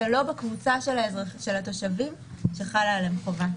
אתה לא בקבוצה של התושבים שחלה עליהם חובה.